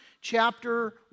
chapter